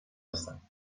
هستم